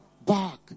back